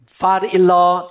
father-in-law